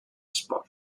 esport